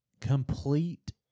complete